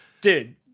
dude